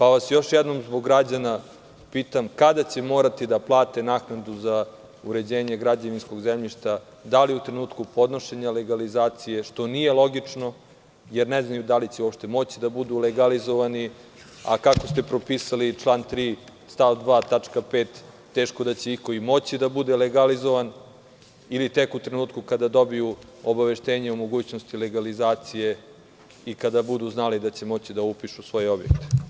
Tako da, još jednom vas zbog građana pitam – kada će morati da plate naknadu za uređenje građevinskog zemljišta, da li u trenutku podnošenja legalizacije, što nije logično jer ne znaju da li će uopšte moći da budu legalizovani, a kako ste propisali u članu 3. stav 2. tačka 5) teško da će iko i moći da bude legalizovan, ili tek u trenutku kada dobiju obaveštenje o mogućnosti legalizacije i kada budu znali da će moći da upišu svoje objekte?